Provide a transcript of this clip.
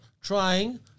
trying